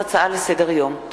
הצעתו של חבר הכנסת מוחמד ברכה.